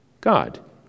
God